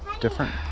different